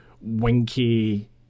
winky